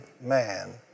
man